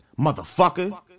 motherfucker